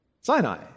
Sinai